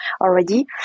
already